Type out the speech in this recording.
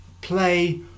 play